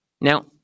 Now